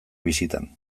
bisitan